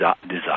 desire